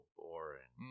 boring